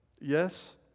Yes